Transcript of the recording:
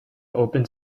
open